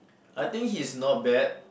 I think he's not bad